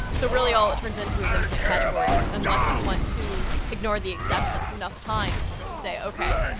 so really all it turns into is infinite categories, unless you want to ignore the exceptions enough times to say, okay,